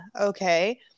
okay